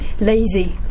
lazy